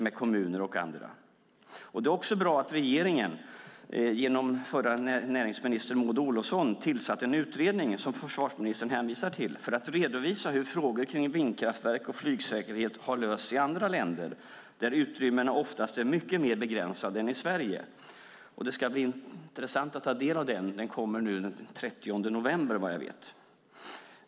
Det är också bra att regeringen genom förra näringsministern Maud Olofsson tillsatte en utredning, som försvarsministern hänvisar till, för att redovisa hur frågor om vindkraftverk och flygsäkerhet lösts i andra länder där utrymmena oftast är mycket mer begränsade än i Sverige. Det ska bli intressant att ta del av den; den kommer vad jag förstår den 30 november.